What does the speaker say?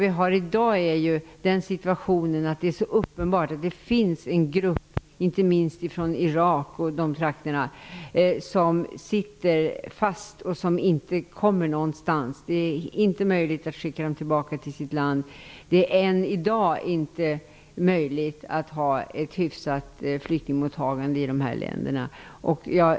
I dag är ju situationen den att det uppenbarligen finns en grupp, inte minst från Irak och trakterna däromkring, som sitter fast och inte kommer någonstans. Det är inte möjligt att skicka tillbaka dessa människor till deras eget land. Ett hyfsat flyktingmottagande är ännu inte möjligt i Baltikum och Ryssland.